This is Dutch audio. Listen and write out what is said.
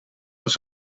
was